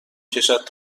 کشد